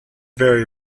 very